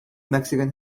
mexican